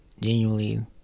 genuinely